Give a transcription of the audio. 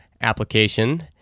application